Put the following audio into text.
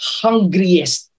hungriest